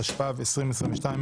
התשפ"ב-2022,